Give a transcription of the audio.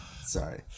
Sorry